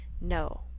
No